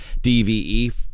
DVE